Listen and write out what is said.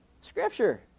Scripture